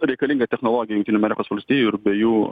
reikalinga technologija jungtinių amerikos valstijų ir be jų